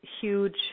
huge